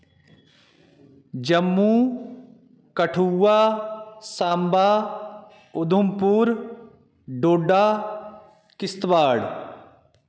Jammu Kathua Samba Udhampur Doda Kishtwar